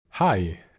Hi